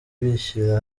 bishyira